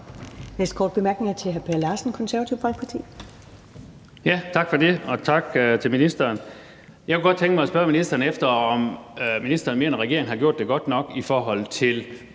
næste korte bemærkning er til hr. Per Larsen, Det Konservative Folkeparti. Kl. 13:35 Per Larsen (KF): Tak for det, og tak til ministeren. Jeg kunne godt tænke mig at spørge ministeren, om ministeren mener, at regeringen har gjort det godt nok i forhold til